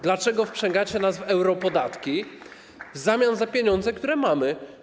Dlaczego wprzęgacie nas w europodatki w zamian za pieniądze, które mamy?